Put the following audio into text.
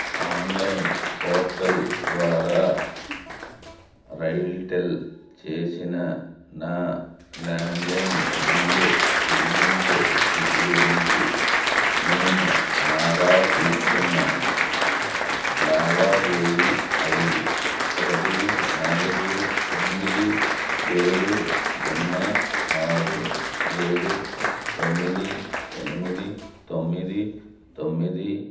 online portal ద్వారా రైల్టెల్ చేసిన నా ల్యాండ్లైన్ బిల్లు చెల్లింపు స్థితి గురించి నేను ఆరా తీస్తున్నాను లావాదేవి ఐడి ఒకటి నాలుగు ఎనిమిది ఏడు సున్నా ఆరు ఏడు తొమ్మిది ఎనిమిది తొమ్మిది తొమ్మిది